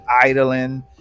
Idling